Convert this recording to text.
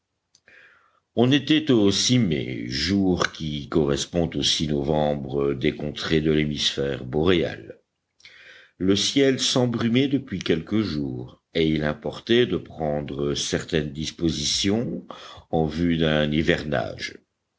on était au mai jour qui correspond au novembre des contrées de l'hémisphère boréal le ciel s'embrumait depuis quelques jours et il importait de prendre certaines dispositions en vue d'un hivernage